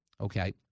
okay